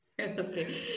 okay